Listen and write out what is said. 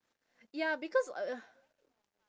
ya because uh